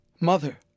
Mother